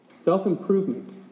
Self-improvement